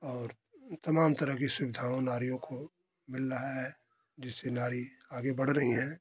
और तमाम तरह सुविधाओं नारियों को मिल रहा है जिससे नारी आगे बढ़ रही हैं